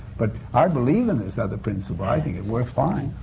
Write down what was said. but i believe in this other principle. i think it works fine.